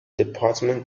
department